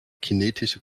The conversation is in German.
kinetische